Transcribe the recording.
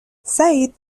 سعید